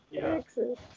Texas